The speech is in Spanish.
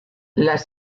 las